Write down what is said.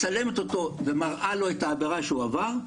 מצלמת אותו ומראה לו את העבירה שהוא עבר.